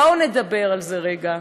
בואו נדבר על זה רגע.